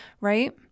Right